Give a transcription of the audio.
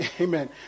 Amen